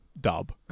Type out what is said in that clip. Dub